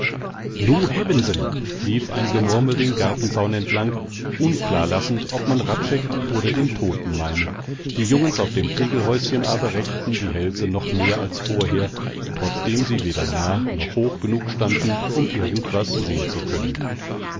nu hebben se'n lief ein gemurmel den gartenzaun entlang unklar lassend ob man hradscheck oder den todten meine die jungens auf dem kegelhäuschen aber reckten ihre hälse noch mehr als vorher trotzdem sie weder nah noch hoch genug standen um irgend was sehn zu können